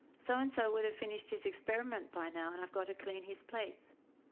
so and so would have finished his experiment by now and i've got to clean his plates.